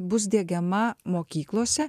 bus diegiama mokyklose